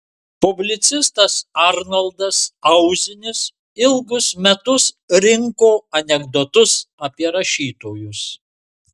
publicistas arnoldas auzinis ilgus metus rinko anekdotus apie rašytojus